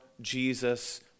Jesus